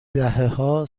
دههها